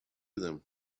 them